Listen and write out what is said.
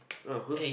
nah who's